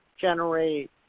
generate